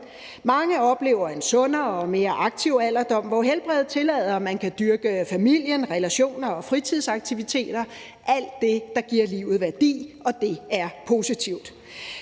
Mange oplever en sundere og mere aktiv alderdom, hvor helbredet tillader, at man kan dyrke familien, relationer og fritidsaktiviteter – alt det, der giver livet værdi – og det er positivt.